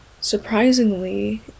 surprisingly